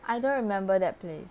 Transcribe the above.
I don't remember that place